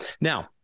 now